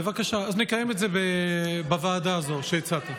בבקשה, אז נקיים את זה בוועדה הזו שהצעת.